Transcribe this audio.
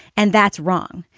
and that's wrong.